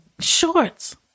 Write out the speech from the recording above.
shorts